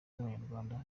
z’abanyarwanda